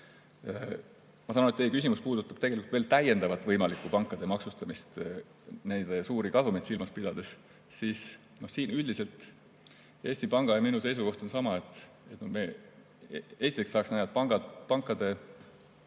saan aru, et teie küsimus puudutab tegelikult veel täiendavat võimalikku pankade maksustamist neid suuri kasumeid silmas pidades. Üldiselt Eesti Panga ja minu seisukoht on sama. Esiteks tahaks näha, et me pankade